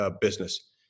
business